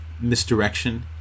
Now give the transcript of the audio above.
misdirection